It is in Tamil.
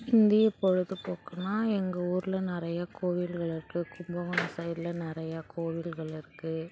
இந்திய பொழுதுபோக்குனால் எங்கள் ஊரில் நிறைய கோயில்கள் இருக்குது கும்பகோணம் சைடில் நிறைய கோயில்கள் இருக்குது